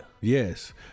Yes